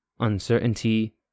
uncertainty